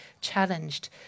challenged